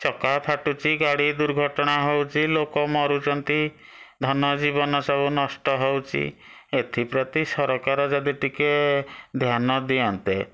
ଚକା ଫାଟୁଛି ଗାଡ଼ି ଦୁର୍ଘଟଣା ହେଉଛି ଲୋକ ମରୁଛନ୍ତି ଧନଜୀବନ ସବୁ ନଷ୍ଟ ହେଉଛି ଏଥିପ୍ରତି ସରକାର ଯଦି ଟିକେ ଧ୍ୟାନ ଦିଅନ୍ତେ